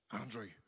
Andrew